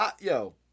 yo